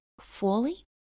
fully